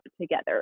together